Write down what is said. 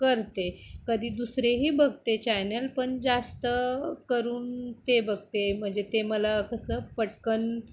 करते कधी दुसरेही बघते चॅनल पण जास्त करून ते बघते म्हणजे ते मला कसं पटकन